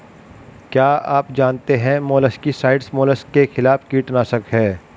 क्या आप जानते है मोलस्किसाइड्स मोलस्क के खिलाफ कीटनाशक हैं?